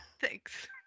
Thanks